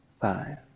five